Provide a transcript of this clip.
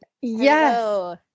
Yes